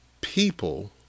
people